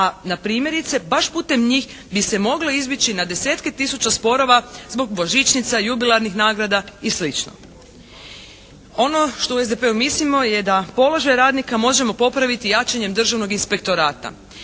a na primjerice baš putem njih bi se moglo izbjeći na desetke tisuća sporova zbog božićnica, jubilarnih nagrada i slično. Ono što u SDP-u mislimo je da položaj radnika možemo popraviti jačanjem Državnog inspektorata.